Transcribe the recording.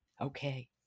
okay